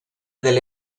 delle